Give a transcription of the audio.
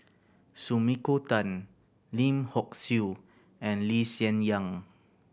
Sumiko Tan Lim Hock Siew and Lee Hsien Yang